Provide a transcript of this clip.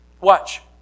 Watch